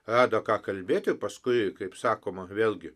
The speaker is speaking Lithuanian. rado ką kalbėti o paskui kaip sakoma vėlgi